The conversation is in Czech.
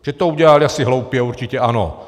Že to udělali asi hloupě, určitě ano.